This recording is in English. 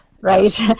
right